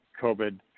covid